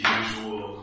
usual